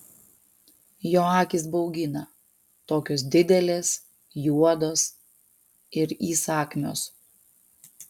jo akys baugina tokios didelės juodos ir įsakmios